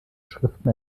schriften